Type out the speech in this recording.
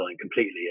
completely